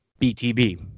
btb